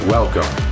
Welcome